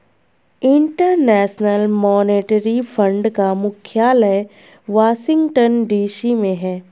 international monetary fund का मुख्यालय Washington DC में है